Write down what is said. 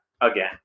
again